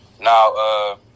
Now